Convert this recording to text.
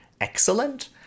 excellent